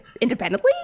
independently